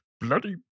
Bloody